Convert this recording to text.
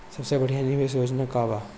सबसे बढ़िया निवेश योजना कौन बा?